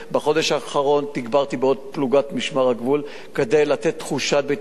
בחודש האחרון תגברתי בעוד פלוגת משמר הגבול כדי לתת תחושת ביטחון.